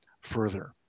further